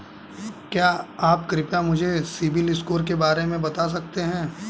क्या आप कृपया मुझे सिबिल स्कोर के बारे में बता सकते हैं?